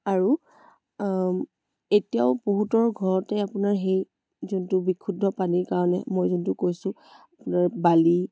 আৰু এতিয়াও বহুতৰ ঘৰতে আপোনাৰ সেই যোনটো বিশুদ্ধ পানীৰ মই যোনটো কৈছোঁ আপোনাৰ বালি